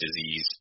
disease